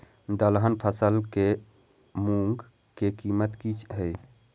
दलहन फसल के मूँग के कीमत की हय?